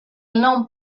nom